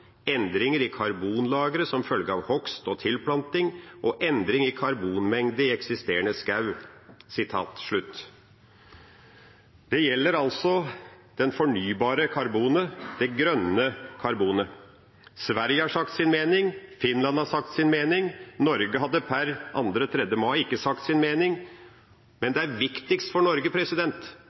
endringer i karbonlageret som følge av hogst og tilplanting og endringer i karbonmengde i eksisterende skog». Det gjelder altså det fornybare karbonet, det grønne karbonet. Sverige har sagt sin mening, Finland har sagt sin mening, Norge hadde per 2. og 3. mai ikke sagt sin mening. Men det er viktigst for Norge